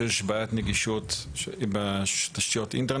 במטרה לשפר ולייעל את השירות המשפטי שניתן לכלל הציבור.